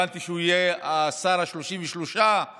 הבנתי שהוא יהיה השר ה-33 בממשלה.